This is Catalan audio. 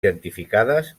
identificades